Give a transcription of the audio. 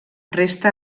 resta